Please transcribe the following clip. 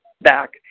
back